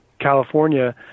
california